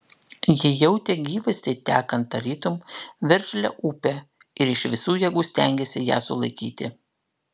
ji jautė gyvastį tekant tarytum veržlią upę ir iš visų jėgų stengėsi ją sulaikyti